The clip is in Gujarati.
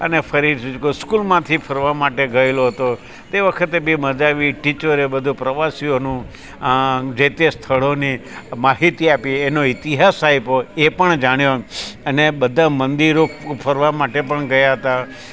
અને ફરી સ્કૂલમાંથી ફરવા માટે ગયેલો હતો તે વખતે બી મજા આવી ટીચરોએ બધું પ્રવાસીઓનું જે તે સ્થળોની માહિતી આપી એનો ઇતિહાસ આપ્યો એ પણ જાણ્યો અને બધા મંદિરો ફરવા માટે પણ ગયા હતા